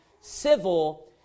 civil